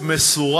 וזה בסדר,